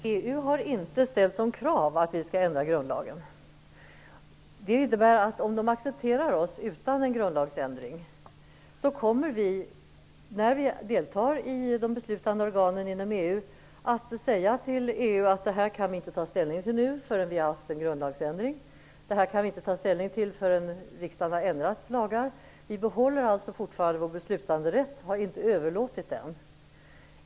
Herr talman! EU har inte ställt som krav att vi skall ändra grundlagen. Det innebär att om de accepterar oss utan en grundlagsändring, så kommer vi när vi deltar i de beslutande organen inom EU att säga att vi inte kan ta ställning till vissa frågor förrän vi gjort en grundlagsändring eller riksdagen ändrat andra lagar. Därmed behåller vi fortfarande vår beslutanderätt och har inte överlåtit den.